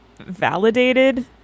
validated